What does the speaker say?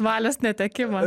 valios netekimas